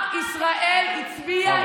עם ישראל הצביע ימין.